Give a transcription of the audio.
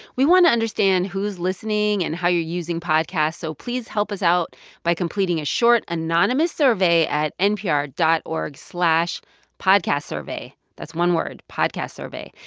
we want to understand who's listening and how you're using podcasts, so please help us out by completing a short, anonymous survey at npr dot org slash podcastsurvey that's one word podcastsurvey.